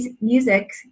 music